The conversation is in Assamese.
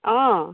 অঁ